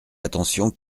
attention